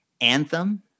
Anthem